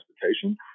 transportation